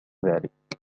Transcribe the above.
ذلك